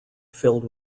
filled